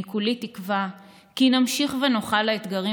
אני כולי תקווה כי נמשיך ונוכל לאתגרים